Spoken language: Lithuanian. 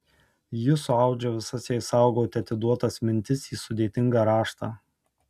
ji suaudžia visas jai saugoti atiduotas mintis į sudėtingą raštą